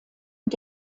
und